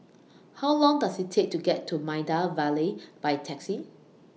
How Long Does IT Take to get to Maida Vale By Taxi